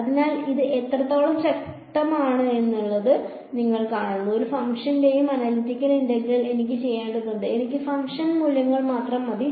അതിനാൽ ഇത് എത്രത്തോളം ശക്തിയാണെന്ന് നിങ്ങൾ കാണുന്നു ഒരു ഫംഗ്ഷന്റെയും അനലിറ്റിക്കൽ ഇന്റഗ്രൽ എനിക്ക് അറിയേണ്ടതില്ല എനിക്ക് ഫംഗ്ഷൻ മൂല്യങ്ങൾ മാത്രം മതി